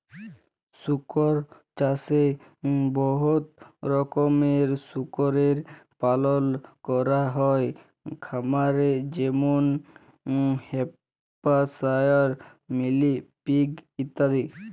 শুকর চাষে বহুত রকমের শুকরের পালল ক্যরা হ্যয় খামারে যেমল হ্যাম্পশায়ার, মিলি পিগ ইত্যাদি